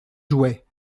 jouait